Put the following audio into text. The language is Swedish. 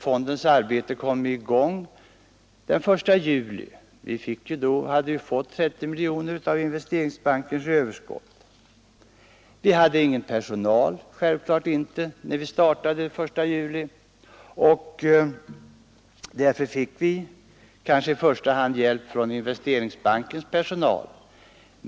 Fondens arbete kom i gång den 1 juli. Vi hade då fått 30 miljoner kronor av Investeringsbankens överskott. Vi hade självfallet ingen personal när vi "startade den 1 juli. Vi fick därför hjälp i första hand av Investerings bankens personal.